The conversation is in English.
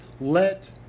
Let